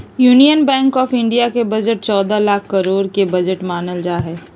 union bank of India के budget चौदह लाख करोड के बजट मानल जाहई